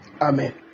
Amen